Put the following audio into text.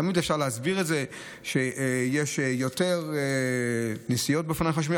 תמיד אפשר להסביר שיש יותר נסיעות באופניים חשמליים,